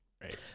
right